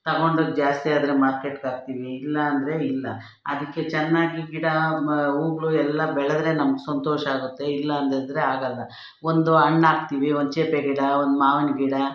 ತಗೊಂಡದ್ದು ಜಾಸ್ತಿ ಆದರೆ ಮಾರ್ಕೆಟ್ಗೆ ಹಾಕ್ತೀವಿ ಇಲ್ಲ ಅಂದರೆ ಇಲ್ಲ ಅದಕ್ಕೆ ಚೆನ್ನಾಗಿ ಗಿಡ ಹೂಗಳು ಎಲ್ಲ ಬೆಳೆದ್ರೆ ನಮಗೆ ಸಂತೋಷ ಆಗುತ್ತೆ ಇಲ್ಲ ಅಂತಂದರೆ ಆಗಲ್ಲ ಒಂದು ಹಣ್ಣು ಹಾಕ್ತೀವಿ ಒಂದು ಚೇಪೆ ಗಿಡ ಒಂದು ಮಾವಿನ ಗಿಡ